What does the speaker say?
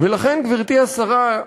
ולכן, גברתי השרה,